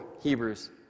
Hebrews